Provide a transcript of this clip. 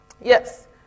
yes